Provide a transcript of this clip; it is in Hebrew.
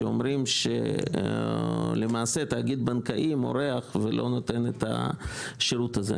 שאומרים שלמעשה תאגיד בנקאי מורח ולא נותן את השירות הזה.